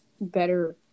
better